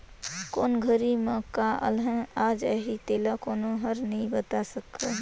कोन घरी में का अलहन आ जाही तेला कोनो हर नइ बता सकय